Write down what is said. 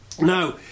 Now